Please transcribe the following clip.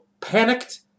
panicked